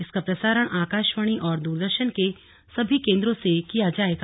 इसका प्रसारण आकाशवाणी और दूरदर्शन के सभी केन्द्रों से किया जाएगा